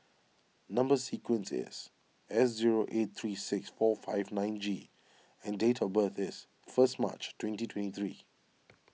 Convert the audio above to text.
Number Sequence is S zero eight three six four five nine G and date of birth is first March twenty twenty three